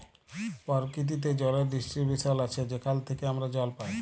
পরকিতিতে জলের ডিস্টিরিবশল আছে যেখাল থ্যাইকে আমরা জল পাই